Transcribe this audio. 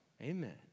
amen